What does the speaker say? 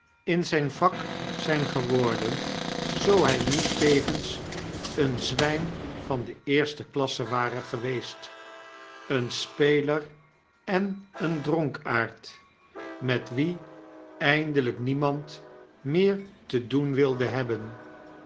in zijn vak zijn geworden zoo hij niet tevens een zwijn van de eerste klasse ware geweest een speler en een dronkaard met wien eindelijk niemand meer te doen wilde hebben